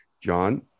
John